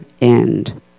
end